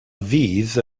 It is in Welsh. fydd